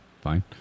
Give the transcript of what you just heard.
Fine